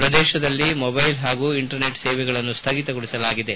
ಪ್ರದೇಶದಲ್ಲಿ ಮೊಬೈಲ್ ಹಾಗೂ ಇಂಟರ್ನೆಟ್ ಸೇವೆಗಳನ್ನು ಸ್ಟಗಿತಗೊಳಿಸಲಾಗಿದೆ